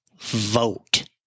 vote